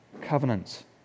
covenant